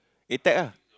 A tech ah